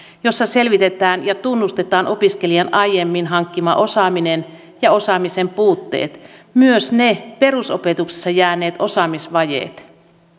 jossa selvitetään ja tunnustetaan opiskelijan aiemmin hankkima osaaminen ja osaamisen puutteet myös ne perusopetuksessa jääneet osaamisvajeet